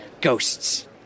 Ghosts